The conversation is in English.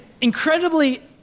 incredibly